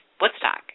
Woodstock